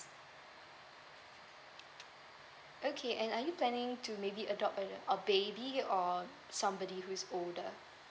okay and are you planning to maybe adopt uh a baby or somebody who is older